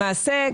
למעשה,